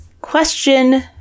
Question